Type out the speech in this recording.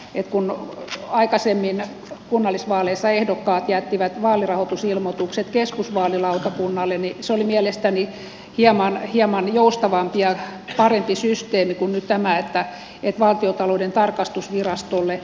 kun aikaisemmin kunnallisvaaleissa ehdokkaat jättivät vaalirahoitusilmoitukset keskusvaalilautakunnalle niin se oli mielestäni hieman joustavampi ja parempi systeemi kuin nyt tämä että ilmoitus annetaan valtiontalouden tarkastusvirastolle